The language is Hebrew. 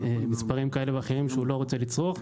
מספרים כאלה ואחרים שהוא לא רוצה לצרוך,